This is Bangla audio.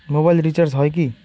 মোবাইল রিচার্জ হয় কি?